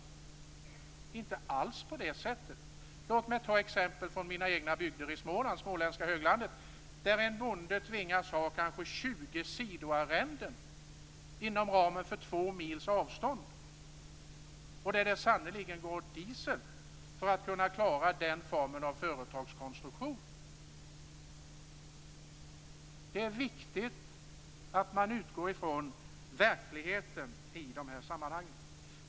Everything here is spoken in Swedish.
Det är inte alls på det sättet. Låt mig ta exempel från mina egna bygder i Småland, småländska höglandet, där en bonde tvingas att ha kanske 20 sidoarrenden inom två mils avstånd. Där går det sannerligen åt diesel för att klara den formen av företagskonstruktion. Det är viktigt att man utgår från verkligheten i de här sammanhangen.